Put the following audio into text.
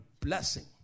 blessing